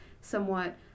somewhat